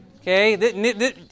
Okay